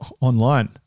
online